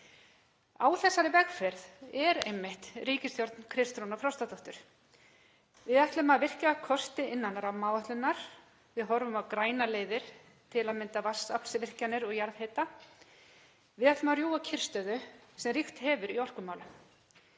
Á þessari vegferð er einmitt ríkisstjórn Kristrúnar Frostadóttur. Við ætlum að virkja kosti innan rammaáætlunar. Við horfum á grænar leiðir, til að mynda vatnsaflsvirkjanir og jarðhita. Við ætlum að rjúfa kyrrstöðu sem ríkt hefur í orkumálum.